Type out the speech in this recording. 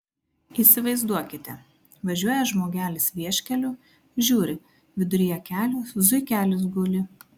įsivaizduokite važiuoja žmogelis vieškeliu žiūri viduryje kelio zuikelis guli